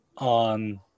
on